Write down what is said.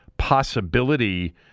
Possibility